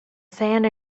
sand